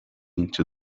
into